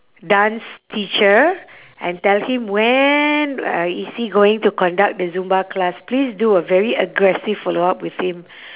dance teacher and tell him when uh is he going to conduct the zumba class please do a very aggressive follow-up with him